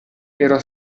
era